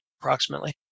approximately